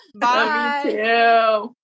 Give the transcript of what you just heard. Bye